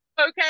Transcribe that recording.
Okay